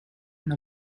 and